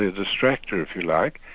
the distracter, if you like,